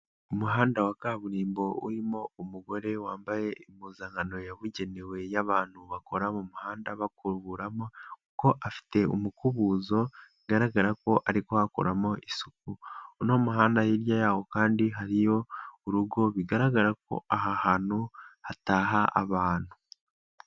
Umuhanda wa kaburimbo urimo umugore wambaye impuzankano yabugenewe y'abantu bakora mu muhanda bakuruburamo, kuko afite umukubuzo bigaragara ko ari kuhakuramo isuku, uno muhanda hirya yawo kandi hariyo urugo bigaragara ko aha hantu hataha abantu.